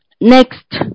Next